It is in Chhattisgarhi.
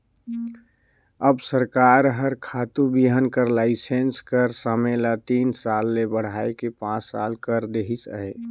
अब सरकार हर खातू बीहन कर लाइसेंस कर समे ल तीन साल ले बढ़ाए के पाँच साल कइर देहिस अहे